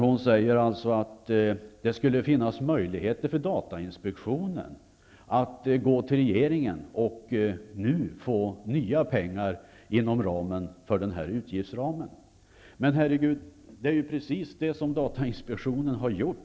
Hon säger att det skulle finnas möjligheter för datainspektionen att gå till regeringen och nu få nya pengar inom den nuvarande utgiftsramen. Men, herre Gud, det är ju precis det som datainspektionen har gjort!